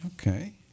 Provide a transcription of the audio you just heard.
Okay